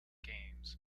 games